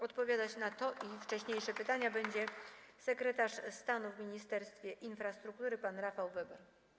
Odpowiadać na to pytanie i wcześniejsze pytania będzie sekretarz stanu w Ministerstwie Infrastruktury pan Rafał Weber.